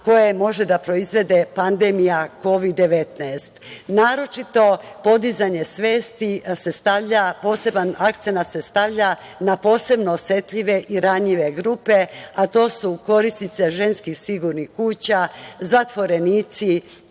koje može da proizvede pandemija Kovid -19. Naročito podizanje svesti se stavlja poseban akcenat na posebno osetljive i ranjive grupe, a to su korisnice ženskih sigurnih kuća, zatvorenici,